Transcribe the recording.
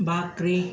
भाकरी